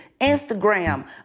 Instagram